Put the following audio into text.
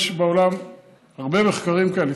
יש בעולם הרבה מחקרים כאלה,